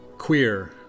Queer